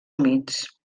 humits